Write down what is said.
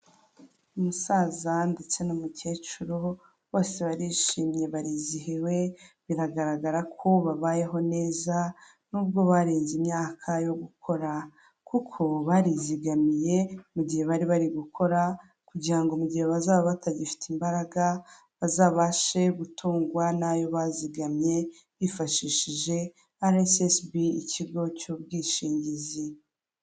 Umuhanda mwiza cyane kandi munini, amamodoka aragenda, ndetse n'abanyamaguru baragenda, n'iyo haba na nijoro. Kuko mu muhanda harimo amatara, kugeza abantu bageze iyo bajya. Ubu biroroshye, kuko na n'ijoro ugenda umurikiwe.